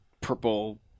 purple